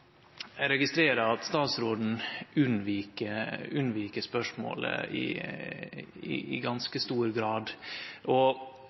Eg registrerer at statsråden vik unna spørsmålet i